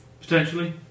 Potentially